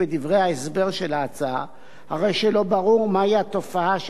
לא ברור מהי התופעה שהאיסור המוצע ייתן לה מענה.